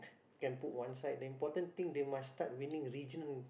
can put one side the important thing they must start winning region